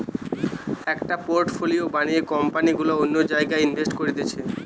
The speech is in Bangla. একটা পোর্টফোলিও বানিয়ে কোম্পানি গুলা অন্য জায়গায় ইনভেস্ট করতিছে